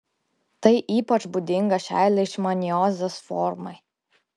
tai ypač būdinga šiai leišmaniozės formai